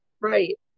Right